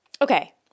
Okay